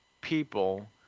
people